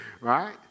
right